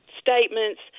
statements